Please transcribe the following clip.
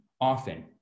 often